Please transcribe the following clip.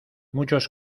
muchos